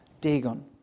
Dagon